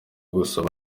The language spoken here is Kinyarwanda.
gusaba